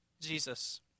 Jesus